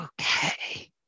okay